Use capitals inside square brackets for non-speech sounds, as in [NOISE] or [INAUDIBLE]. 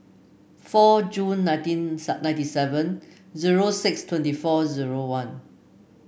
four June nineteen [UNINTELLIGIBLE] ninety seven zero six twenty four zero one